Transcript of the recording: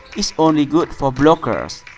it's only good for blockers.